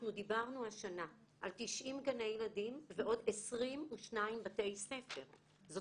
דיברנו השנה על 90 גני ילדים ועוד 22 בתי ספר.